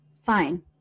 fine